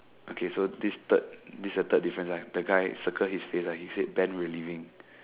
okay so this third this is the third difference right the guy circle his face right he said band will leaving